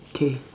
K